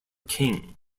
king